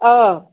ꯑꯥ